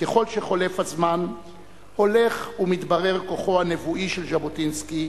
ככל שחולף הזמן הולך ומתברר כוחו הנבואי של ז'בוטינסקי,